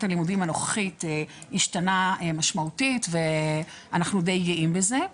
הלימודים הנוכחית השתנה משמעותית ואנחנו די גאים בזה.